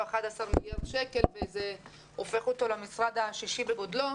הוא 11 מיליארד שקל וזה הופך אותו למשרד השישי בגודלו.